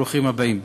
ברוכים הבאים.